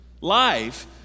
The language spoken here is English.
Life